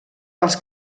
dels